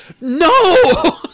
no